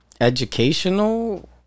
educational